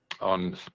on